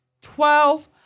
Twelve